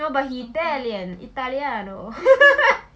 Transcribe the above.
no but italian italiano